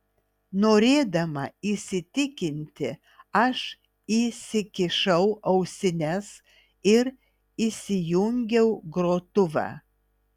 norėdama įsitikinti aš įsikišau ausines ir įsijungiau grotuvą